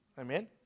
Amen